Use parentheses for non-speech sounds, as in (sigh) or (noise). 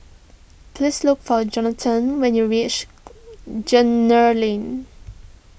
please look for Jonathan when you reach (unintelligible) Lane